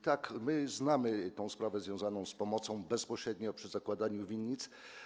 Tak, my znamy tę sprawę związaną z pomocą bezpośrednio przy zakładaniu winnic.